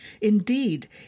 Indeed